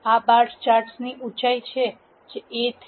આ બાર ચાર્ટ્સની ઉંચાઈ છે A 3